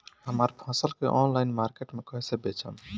हमार फसल के ऑनलाइन मार्केट मे कैसे बेचम?